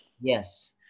yes